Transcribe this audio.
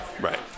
Right